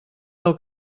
del